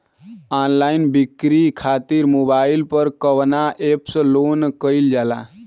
Online बिक्री खातिर mobile पर कवना एप्स लोन कईल जाला?